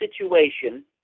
situation